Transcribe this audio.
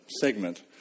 segment